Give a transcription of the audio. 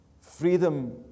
freedom